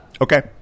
Okay